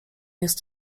jest